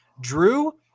Drew